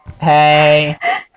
Hey